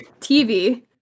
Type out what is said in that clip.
TV